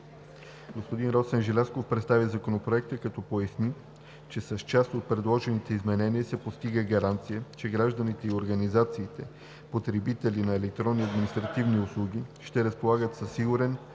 Господин Росен Желязков представи Законопроекта, като поясни, че с част от предложените изменения се постига гаранция, че гражданите и организациите – потребители на електронни административни услуги, ще разполагат със сигурен,